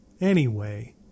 Anyway